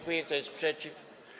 Kto jest przeciw?